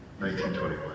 1921